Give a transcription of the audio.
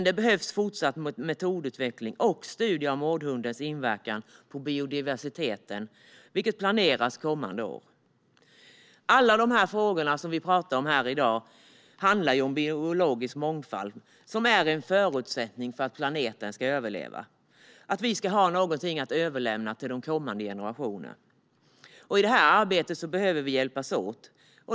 Det behövs dock fortsatt metodutveckling och studier om mårdhundens inverkan på biodiversiteten, vilket planeras för kommande år. Alla de frågor som vi har talat om i dag handlar om biologisk mångfald, som är en förutsättning för att planeten ska överleva och för att vi ska ha något att överlämna till kommande generationer. I detta arbete behöver vi hjälpas åt.